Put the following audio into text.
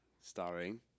starring